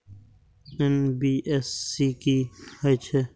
NBFC की हे छे?